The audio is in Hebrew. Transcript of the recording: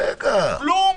כלום?